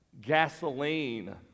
gasoline